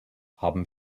haben